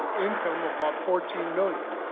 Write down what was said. income of about fourteen million.